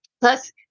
Plus